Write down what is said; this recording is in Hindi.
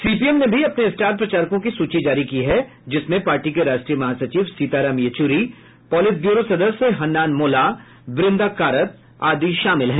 सीपीएम ने भी अपने स्टार प्रचारकों की सुची जारी की है जिसमें पार्टी के राष्ट्रीय महासचिव सीताराम येचुरी पोलित ब्यूरो सदस्य हन्नान मोल्ला ब्रदा कारत आदि शामिल हैं